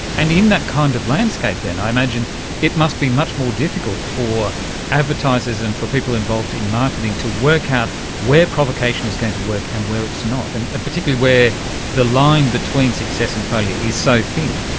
and in that kind of landscape then i imagine it must be much more difficult for advertisers and for people involved in marketing to work out where provocation is going to work and where it's not, and particularly where the line between success and failure is so thin.